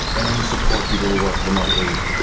and then you support people who work remotely,